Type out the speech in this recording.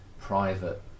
private